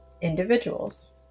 individuals